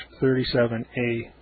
37A